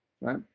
right